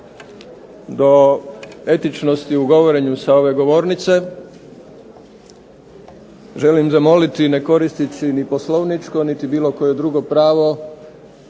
do etičnosti u govorenju sa ove govornice, želim zamoliti ne koristeći ni poslovničko niti bilo koje drugo pravo